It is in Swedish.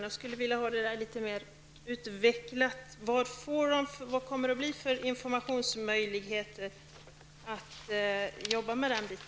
Jag skulle vilja ha detta utvecklat litet mera. Vilka möjligheter kommer att ges för information på det området?